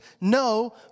no